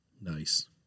Nice